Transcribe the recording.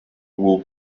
will